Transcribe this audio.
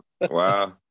wow